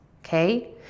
Okay